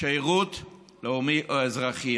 שירות לאומי או אזרחי.